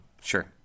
Sure